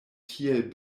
tiel